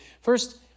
First